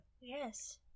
Yes